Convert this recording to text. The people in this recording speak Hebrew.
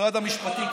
משרד המשפטים,